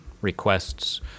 requests